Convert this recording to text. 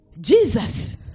Jesus